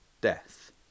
death